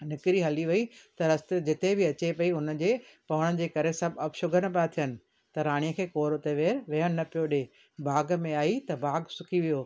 निकिरी हली वई त रस्ते ते जिते बि अचे पई हुनजे पवण जे करे सभु अपशगुन पिया थियनि त राणीअ खे केरु हुते वेह वेहणु न पियो ॾे बाग में आई त बागु सुकी वियो